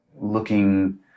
looking